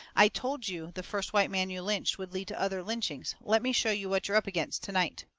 i told you the first white man you lynched would lead to other lynchings. let me show you what you're up against to-night.